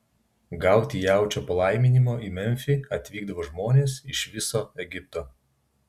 gauti jaučio palaiminimo į memfį atvykdavo žmonės iš viso egipto